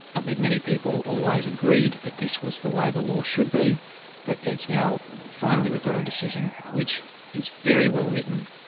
i think many people always agreed that this was the way the law should be but now finally we've got a decision which is very well written,